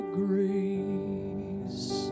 grace